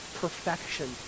perfection